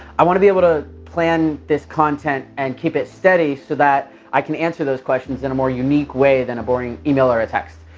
i want to be able to plan this content and keep it steady so that i can answer those questions in a more unique way than a boring email or a text.